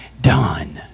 done